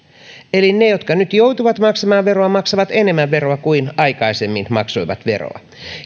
eli ne jotka nyt joutuvat maksamaan veroa maksavat veroa enemmän kuin maksoivat aikaisemmin